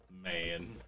Man